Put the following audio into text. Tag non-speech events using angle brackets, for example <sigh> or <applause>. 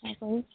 <unintelligible>